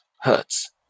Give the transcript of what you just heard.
hurts